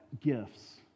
gifts